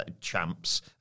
champs